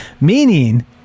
Meaning